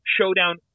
Showdown